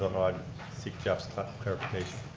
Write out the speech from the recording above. um i'd seek jeff's clarification.